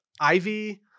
Ivy